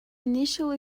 initial